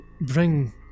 bring